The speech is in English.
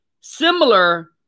similar